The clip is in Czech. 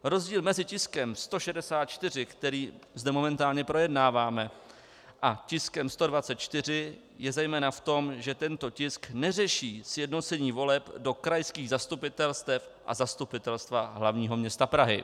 Rozdíl mezi tiskem 164, který zde momentálně projednáváme, a tiskem 124 je zejména v tom, že tento tisk neřeší sjednocení voleb do krajských zastupitelstev a Zastupitelstva hlavního města Prahy.